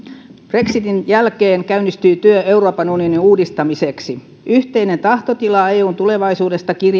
brexitin jälkeen käynnistyy työ euroopan unionin uudistamiseksi yhteinen tahtotila eun tulevaisuudesta kirjattiin